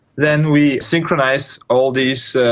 then we synchronise all these